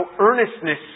earnestness